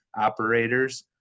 operators